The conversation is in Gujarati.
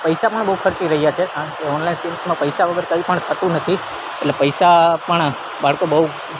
પૈસા પણ બહુ ખર્ચી રહ્યાં છે કારણ કે ઓનલાઈન ગેમ્સમાં પૈસા વગર કંઇપણ થતું નથી એટલે પૈસા પણ બાળકો બહુ